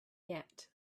yet